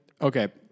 Okay